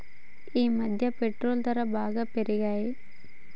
ఈమధ్య పెట్రోల్ ధరలు బాగా పెరిగాయి